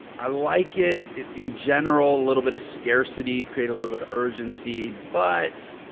i like it it in general, a little bit of scarcity, create a little bit of urgency. but